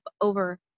over